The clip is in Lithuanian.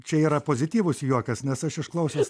čia yra pozityvus juokas nes aš išklausęs